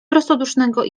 prostodusznego